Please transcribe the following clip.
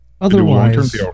otherwise